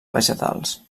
vegetals